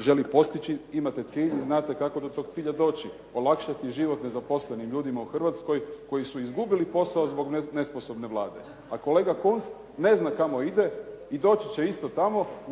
želi postići. Imate cilj i znate kako do tog cilja doći, olakšati život nezaposlenim ljudima u Hrvatskoj koji su izgubili posao zbog nesposobne Vlade. A kolega Kunsta ne zna kamo ide i doći će isto tamo